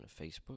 Facebook